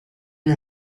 you